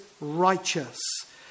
righteous